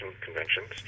conventions